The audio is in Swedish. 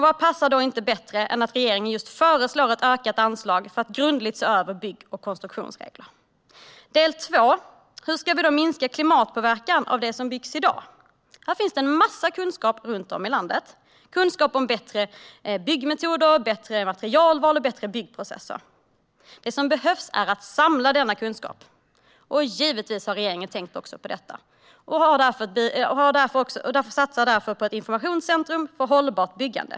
Vad passar då inte bättre än att regeringen just föreslår ett ökat anslag för att man grundligt ska se över bygg och konstruktionsregler. Hur ska vi då minska klimatpåverkan när det gäller det som byggs i dag? Det finns en massa kunskap runt om i landet. Det finns kunskap om bättre byggmetoder, bättre materialval och bättre byggprocesser. Det som behövs är att samla denna kunskap. Givetvis har regeringen tänkt också på detta och satsar därför på ett informationscentrum för hållbart byggande.